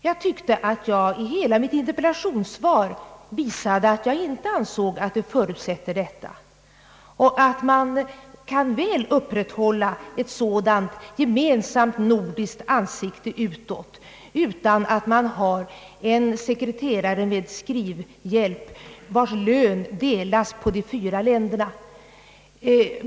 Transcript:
Jag tyckte att jag i hela mitt interpellationssvar visade att jag inte ansåg att det förutsätter något sådant och att man kan väl upprätthålla ett gemensamt nordiskt »ansikte» utåt utan att man har en sekreterare med skrivhjälp, vilkens lön delas på de fyra länderna.